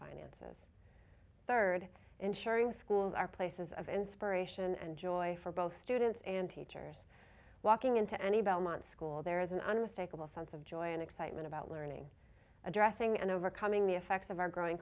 finances third ensuring schools are places of inspiration and joy for both students and teachers walking into any belmont school there is an unmistakable sense of joy and excitement about learning addressing and overcoming the effects of our growing